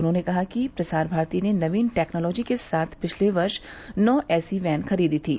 उन्होंने कहा कि प्रसार भारती ने नवीन टैक्नोलॉजी के साथ पिछले वर्ष नौ ऐसी वैन खरीदी थीं